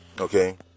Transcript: Okay